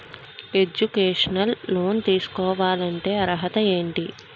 Educational loan తీసుకోవాలంటే అర్హత ఏంటి?